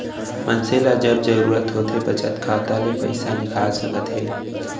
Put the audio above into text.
मनसे ल जब जरूरत होथे बचत खाता ले पइसा निकाल सकत हे